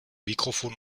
mikrofon